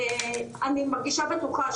אני מרגישה בטוחה,